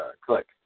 click